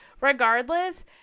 regardless